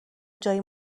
جایی